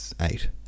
eight